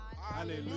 Hallelujah